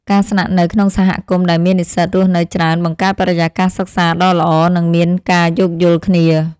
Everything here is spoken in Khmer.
ការស្នាក់នៅក្នុងសហគមន៍ដែលមាននិស្សិតរស់នៅច្រើនបង្កើតបរិយាកាសសិក្សាដ៏ល្អ និងមានការយោគយល់គ្នា។